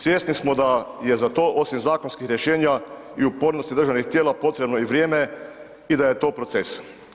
Svjesni smo da je za to osim zakonskih rješenja i upornosti državnih tijela potrebno i vrijeme i da je to proces.